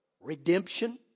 redemption